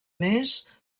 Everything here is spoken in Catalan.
més